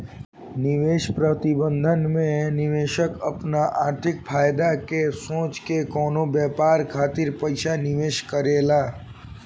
निवेश प्रबंधन में निवेशक आपन आर्थिक फायदा के सोच के कवनो व्यापार खातिर पइसा निवेश करेला